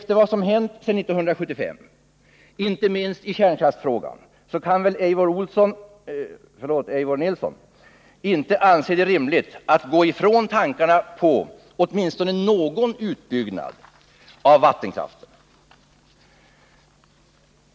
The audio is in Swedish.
Efter vad som hänt efter 1975 — inte minst i kärnkraftsfrågan — kan väl Eivor Nilson inte anse det rimligt att gå ifrån tankarna på åtminstone någon utbyggnad av vattenkraften.